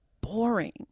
boring